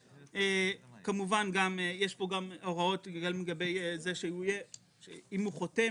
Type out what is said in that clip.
כמובן יש פה הוראות לגבי זה שאם הוא חותם